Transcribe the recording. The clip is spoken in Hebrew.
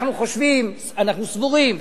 אנחנו סבורים,